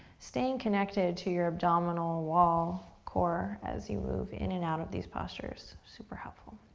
staying connected to your abdominal wall, core, as you move in and out of these postures. super helpful.